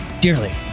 dearly